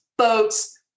boats